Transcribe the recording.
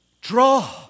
Draw